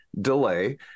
delay